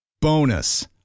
Bonus